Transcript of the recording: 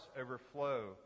overflow